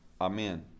Amen